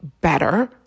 better